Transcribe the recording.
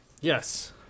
Yes